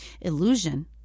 Illusion